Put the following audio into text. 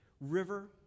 River